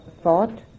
thought